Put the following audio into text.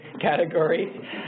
category